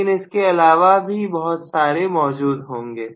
लेकिन इसके अलावा भी बहुत सारे मौजूद होंगे